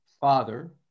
Father